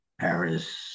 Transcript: paris